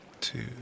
two